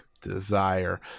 Desire